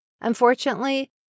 Unfortunately